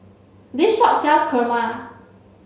this shop sells Kurma